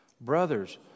Brothers